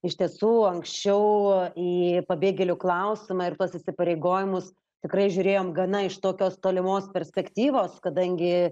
iš tiesų anksčiau į pabėgėlių klausimą ir tuos įsipareigojimus tikrai žiūrėjom gana iš tokios tolimos perspektyvos kadangi